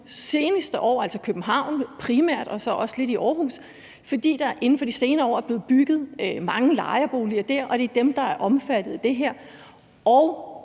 altså primært i København og så også lidt i Aarhus, fordi der inden for de senere år dér er blevet bygget mange lejeboliger, og det er dem, der er omfattet af det her, og